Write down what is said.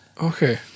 Okay